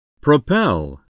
Propel